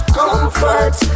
comfort